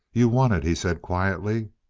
you won it, he said quietly.